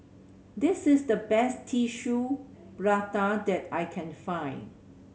this is the best Tissue Prata that I can find